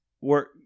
work